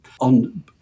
On